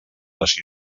les